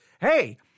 hey